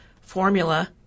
formula